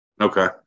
Okay